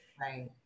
Right